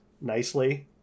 nicely